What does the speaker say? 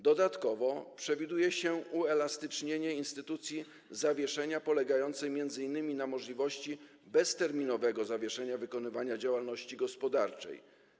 Dodatkowo przewiduje się uelastycznienie instytucji zawieszenia polegającej m.in. na możliwości bezterminowego zawieszenia wykonywania działalności gospodarczej.